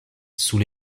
sous